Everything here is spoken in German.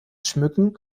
schmücken